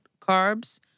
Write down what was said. carbs